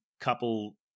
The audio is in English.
couple